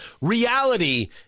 Reality